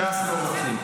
ש"ס לא רוצים.